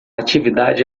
atividade